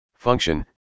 Function